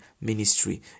ministry